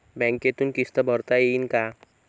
बँकेतून किस्त भरता येईन का?